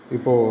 Ipo